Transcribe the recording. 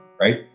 right